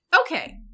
Okay